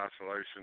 isolation